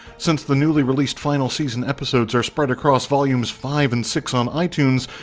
since the newly released final season episodes are spread across volumes five and six on itunes,